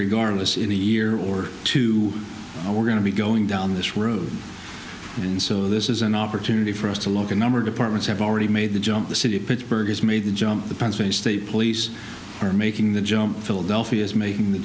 regardless in a year or two we're going to be going down this road and so this is an opportunity for us to look at number departments have already made the jump the city of pittsburgh has made the jump the bones of a state police are making the job philadelphia is making the